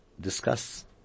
discuss